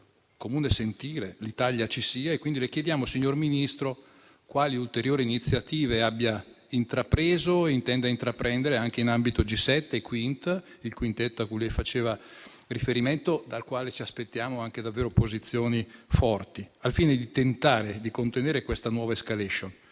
comune sentire e che l'Italia ci sia. Le chiediamo, signor Ministro, quali ulteriori iniziative abbia intrapreso o intenda intraprendere anche in ambito G7 e Quint, a cui lei faceva riferimento, dal quale ci aspettiamo anche davvero posizioni forti, al fine di tentare di contenere la nuova *escalation*